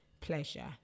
pleasure